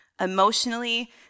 emotionally